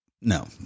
no